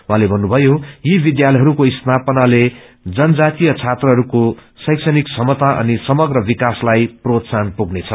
उर्कँले भन्नुभयो यी विष्यालयहरूको स्वापनाले जनजातीय छात्रहरूको शैक्षणिक क्षमता अनि समग्र विकासलाई प्रोत्साहन पुग्नेछ